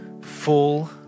full